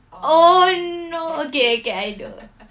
oh no okay okay I know